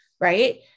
Right